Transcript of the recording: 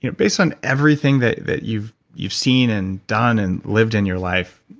you know based on everything that that you've you've seen and done and lived in your life,